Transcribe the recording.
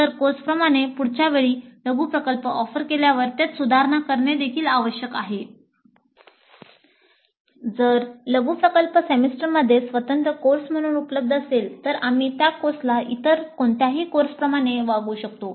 इतर कोर्सप्रमाणे पुढच्या वेळी लघु प्रकल्प ऑफर केल्यावर त्यात सुधारणा करणे देखील आवश्यक आहे जर लघु प्रकल्प सेमेस्टरमध्ये स्वतंत्र कोर्स म्हणून उपलब्ध असेल तर आम्ही त्या कोर्सला इतर कोणत्याही कोर्सप्रमाणे वागवू शकतो